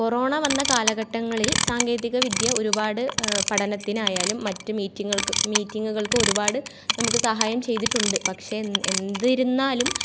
corona വന്ന കാലഘട്ടങ്ങളിൽ സാങ്കേതിക വിദ്യ ഒരുപാട് പഠനത്തിനായാലും മറ്റു മീറ്റിങ്ങൽക്ക് മീറ്റിങ്ങുകൾക്ക് ഒരുപാട് നമുക്ക് സഹായം ചെയ്തിട്ടുണ്ട് പക്ഷേ എന്ത് എന്തിരുന്നാലും